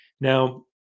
Now